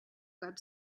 web